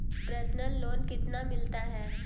Personal loan कितना मिलता है?